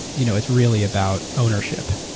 you know it's really about ownership.